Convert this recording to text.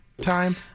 time